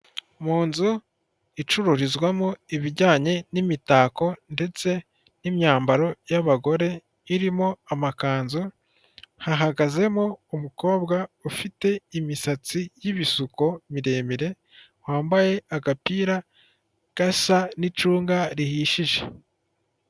Mu nzu icururizwamo ibijyanye n'imitako ndetse n'imyambaro y'abagore irimo amakanzu, hahagazemo umukobwa ufite imisatsi y'ibisuko biremire wambaye agapira gasa n'icunga rihishije.